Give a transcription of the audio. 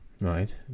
right